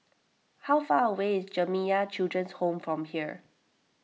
how far away is Jamiyah Children's Home from here